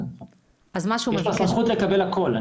יש לו סמכות לקבל הכל.